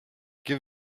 give